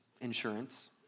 insurance